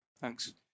Thanks